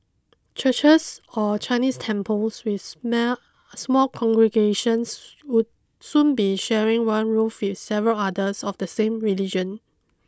churches or Chinese temples with small congregations would soon be sharing one roof with several others of the same religion